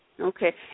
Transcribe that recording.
Okay